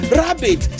rabbit